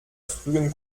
frühen